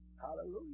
Hallelujah